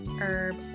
Herb